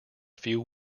few